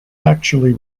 actually